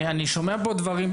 אני שומע פה דברים,